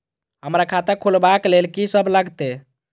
हमरा खाता खुलाबक लेल की सब लागतै?